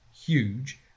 huge